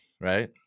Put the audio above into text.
right